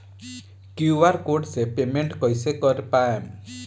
QR code से payment कईसे कर पाएम?